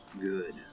good